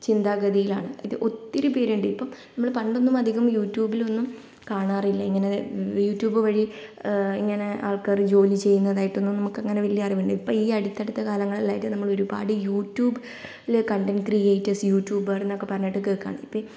ചിന്താഗതിയിലാണ് ഇത് ഒത്തിരി പേരുണ്ട് ഇപ്പം നമ്മൾ പണ്ടൊന്നും അധികം യൂട്യൂബിലൊന്നും കാണാറില്ല ഇങ്ങനെ യൂട്യൂബ് വഴി ഇങ്ങനെ ആൾക്കാറ് ജോലി ചെയ്യുന്നതായിട്ടൊന്നും നമുക്ക് അങ്ങനെ വലിയ അറിവില്ല ഇപ്പം ഈ അടുത്ത അടുത്ത കാലങ്ങളിലായിട്ട് നമ്മൾ ഒരുപാട് യൂട്യൂബില് കണ്ടന്റ് ക്രിയേറ്റേഴ്സ് യൂട്യൂബർ എന്ന് പറഞ്ഞിട്ട് കേൾക്കുകയാണ്